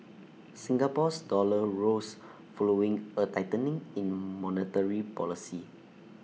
Singapore's dollar rose following A tightening in monetary policy